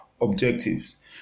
objectives